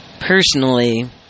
Personally